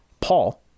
Paul